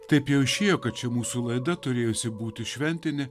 taip jau išėjo kad ši mūsų laida turėjusi būti šventinė